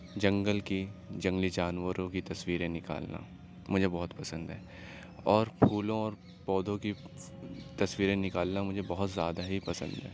جنگل کی جنگلی جانوروں کی تصویریں نکالنا مجھے بہت پسند ہے اور پھولوں اور پودوں کی تصویریں نکالنا مجھے بہت زیادہ ہی پسند ہے